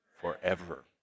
forever